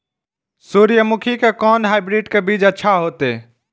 सूर्यमुखी के कोन हाइब्रिड के बीज अच्छा होते?